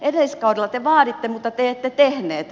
edelliskaudella te vaaditte mutta te ette tehneet